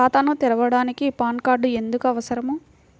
ఖాతాను తెరవడానికి PAN card ఎందుకు అవసరము?